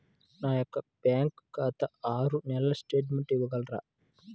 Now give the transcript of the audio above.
నా యొక్క బ్యాంకు ఖాతా ఆరు నెలల స్టేట్మెంట్ ఇవ్వగలరా?